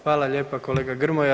Hvala lijepa kolega Grmoja.